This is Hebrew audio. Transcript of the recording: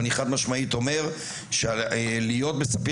ואני חדש משמעית אני אומר שלהיות בספיר